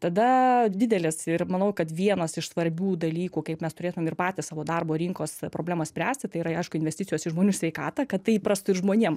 tada didelis ir manau kad vienas iš svarbių dalykų kaip mes turėtumėm ir patys savo darbo rinkos problemas spręsti tai yra aišku investicijos į žmonių sveikatą kad tai įprastų ir žmonėm